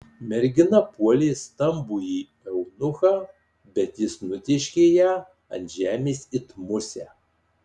mergina puolė stambųjį eunuchą bet jis nutėškė ją ant žemės it musę